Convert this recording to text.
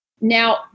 Now